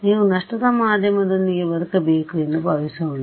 ನೀವು ನಷ್ಟದ ಮಾಧ್ಯಮದೊಂದಿಗೆ ಬದುಕಬೇಕು ಎಂದು ಭಾವಿಸೋಣ